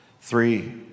Three